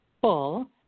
full